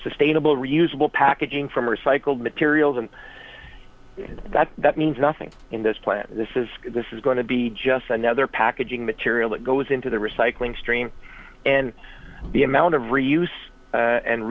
sustainable reusable packaging from recycled materials and that that means nothing in this plant this is this is going to be just another packaging material that goes into the recycling stream and the amount of